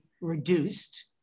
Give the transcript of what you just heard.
reduced